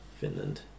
Finland